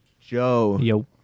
Joe